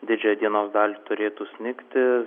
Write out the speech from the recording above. didžiąją dienos dalį turėtų snigti